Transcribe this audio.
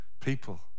people